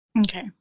Okay